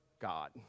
God